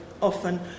often